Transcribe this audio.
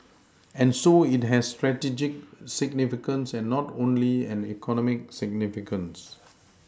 and so it has strategic significance and not only an economic significance